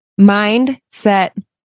Mindset